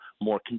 more